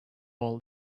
all